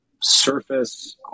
surface